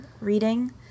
reading